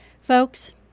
Folks